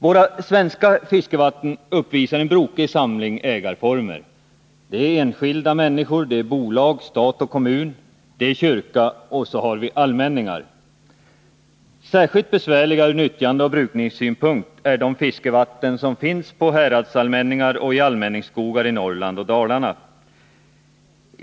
Våra svenska fiskevatten uppvisar en brokig samling ägarformer: enskilda, bolag, stat och kommun, kyrka samt allmänningar. Särskilt besvärliga ur nyttjandeoch brukningssynpunkt är de fiskevatten som finns på häradsallmänningar och i allmänningsskogar i Norrland och Dalarna.